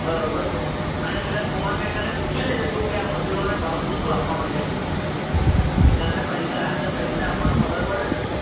બરાબર છે અને પેલા સોમા કાકાને પૂછી લેજે તું કે આ મજૂરોને ભાવ શું શું આપવાનો છે કે તો એમને પૈસા રાતે પૈસા આપવાની ખબર પડે ને